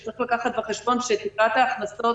צריך לקחת בחשבון שתקרת ההכנסות